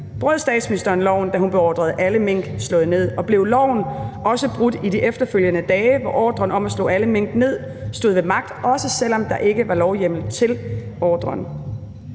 Brød statsministeren loven, da hun beordrede alle mink slået ned, og blev loven også brudt i de efterfølgende dage, hvor ordren om at slå alle mink ned stod ved magt, også selv om der ikke var lovhjemmel til ordren?